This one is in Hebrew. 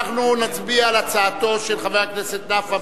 אנחנו נצביע על הצעתו של חבר הכנסת נפאע